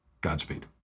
Godspeed